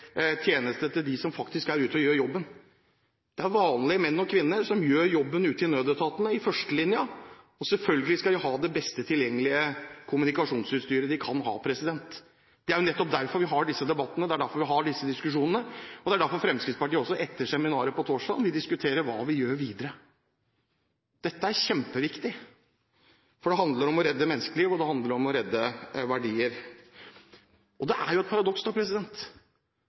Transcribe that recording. til dem som faktisk er ute og gjør jobben. Det er vanlige menn og kvinner som gjør jobben ute i nødetatene, i førstelinjen. Selvfølgelig skal de ha det beste tilgjengelige kommunikasjonsutstyret. Det er nettopp derfor vi har disse debattene. Det er derfor vi har disse diskusjonene, og det er derfor Fremskrittspartiet også etter seminaret på torsdag vil diskutere hva vi gjør videre. Dette er kjempeviktig, for det handler om å redde menneskeliv, og det handler om å redde verdier. Det er et paradoks